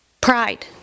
Pride